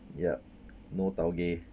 yup no tau-geh